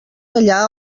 allà